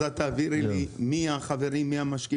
אז את תעבירי לי מי החברים ומי המשקיפים?